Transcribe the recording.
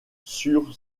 sur